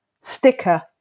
sticker